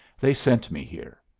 they sent me here.